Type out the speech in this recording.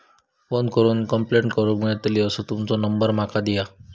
Phone करून complaint करूक मेलतली असो तुमचो नंबर माका दिया?